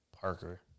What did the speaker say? Parker